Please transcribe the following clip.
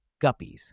guppies